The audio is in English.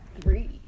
three